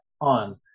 on